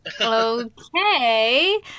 Okay